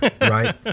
right